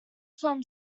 from